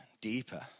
deeper